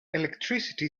electricity